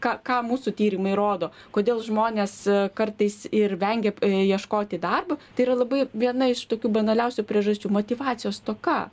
ką ką mūsų tyrimai rodo kodėl žmonės kartais ir vengia ieškoti darbo tai yra labai viena iš tokių banaliausių priežasčių motyvacijos stoka